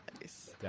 Nice